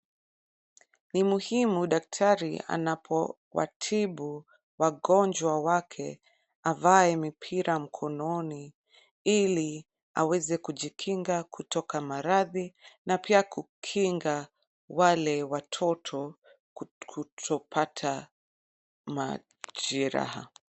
Ni muhimu daktari anapowatibu wagonjwa wake avae mipira mkononi ili aweze kujikinga kutoka maradhi na pia kukinga wale watoto kutopata majeraha.